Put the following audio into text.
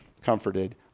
comforted